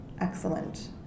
excellent